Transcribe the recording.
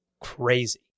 Crazy